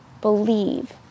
believe